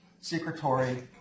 secretory